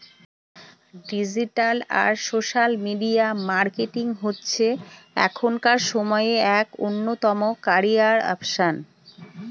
digital আর social media marketing হচ্ছে এখনকার সময়ে এক অন্যতম ক্যারিয়ার অপসন